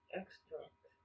extract